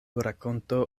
rakonto